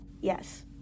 Yes